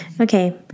Okay